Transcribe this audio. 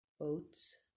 oats